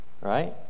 right